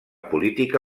política